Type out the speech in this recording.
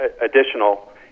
additional